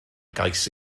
gais